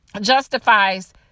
justifies